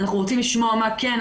אנחנו רוצים לשמוע מה כן,